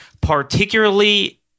particularly